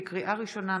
לקריאה ראשונה,